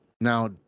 now